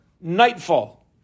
nightfall